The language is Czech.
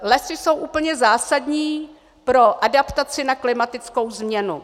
Lesy jsou úplně zásadní pro adaptaci na klimatickou změnu.